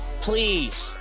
Please